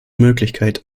möglichkeit